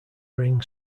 ring